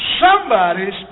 Somebody's